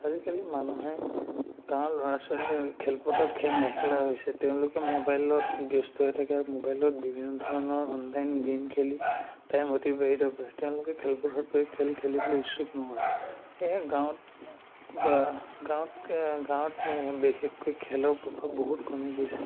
আজিকালি মানুহে গাঁৱৰ ল'ৰা ছোৱালীয়ে খেলপথাৰত খেল নেখেলা হৈছে তেওঁলোকে মোবাইলত ব্যস্ত হৈ থাকে আৰু মোবাইলত বিভিন্ন ধৰণৰ অনলাইন গেইম খেলি টাইম অতিবাহিত কৰে তেওঁলোকে খেলপথাৰত গৈ খেল খেলিবলৈ ইচ্ছুক নকৰে সেয়েহে গাঁৱত বা গাঁৱত গাঁৱত বিশেষকৈ খেলৰ প্ৰভাৱ বহুত কমি গৈছে